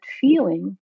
feeling